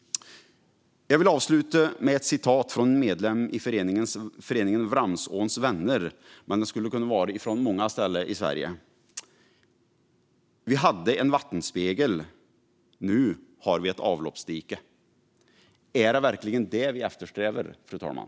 Jag vill avsluta med ett citat från en medlem i föreningen Vramsåns vänner, men det skulle kunna komma från många ställen i Sverige: "Vi hade en vattenspegel, nu har vi ett avloppsdike." Är det verkligen detta vi eftersträvar, fru talman?